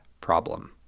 problem